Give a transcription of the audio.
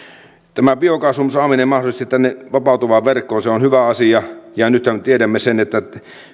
tämän biokaasun saaminen mahdollisesti sinne vapautuvaan verkkoon on hyvä asia ja nythän tiedämme sen että